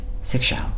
sexual